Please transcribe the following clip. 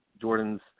Jordan's